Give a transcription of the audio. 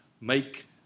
make